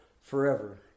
forever